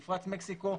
החברה במפרץ מקסיקו,